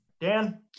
Dan